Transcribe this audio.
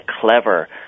clever